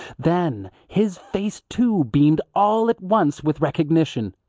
then his face, too, beamed all at once with recognition.